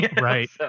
Right